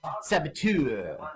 Saboteur